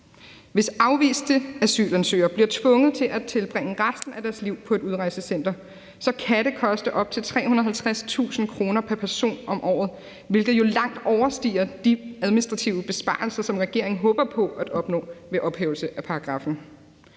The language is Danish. Hvis afviste asylansøgere bliver tvunget til at tilbringe resten af deres liv på et udrejsecenter, kan det koste op til 350.000 kr. pr. person om året, hvilket jo langt overstiger de administrative besparelser, som regeringen håber på at opnå ved ophævelse af paragraffen.